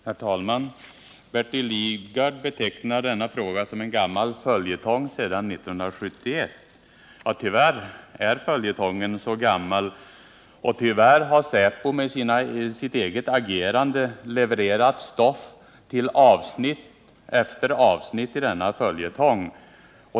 Herr talman! Bertil Lidgard betecknar denna fråga som en gammal följetong sedan 1971. Ja, tyvärr är följetongen så gammal, och tyvärr har säpo med sitt eget agerande levererat stoff till avsnitt efter avsnitt i denna följetong.